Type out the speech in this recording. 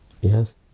Yes